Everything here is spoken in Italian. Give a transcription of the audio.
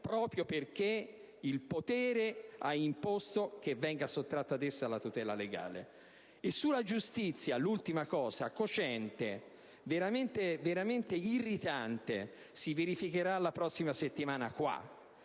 proprio perché il potere ha imposto che le venisse sottratta la tutela legale. E in tema di giustizia, l'ultima cosa cocente, veramente irritante, si verificherà la prossima settimana qui,